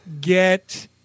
get